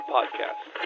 Podcast